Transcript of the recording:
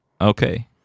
Okay